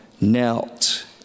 knelt